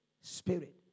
spirit